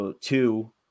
two